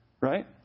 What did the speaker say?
right